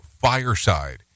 fireside